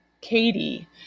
Katie